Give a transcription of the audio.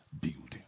building